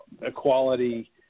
equality